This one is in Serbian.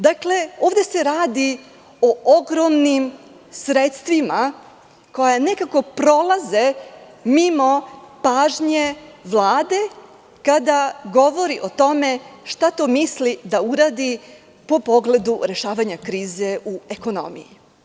Dakle, ovde se radi o ogromnim sredstvima koja nekako prolaze mimo pažnje Vlade, kada govori o tome šta to misli da uradi u pogledu rešavanja krize u ekonomiji.